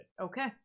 Okay